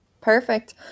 Perfect